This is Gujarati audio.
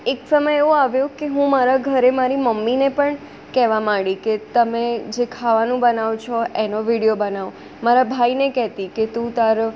એક સમય એવો આવ્યો કે હું મારાં ઘરે મારી મમ્મીને પણ કહેવા માંડી કે તમે જે ખાવાનું બનાવો છો એનો વિડીયો બનાવો મારા ભાઈને કહેતી કે તું તારો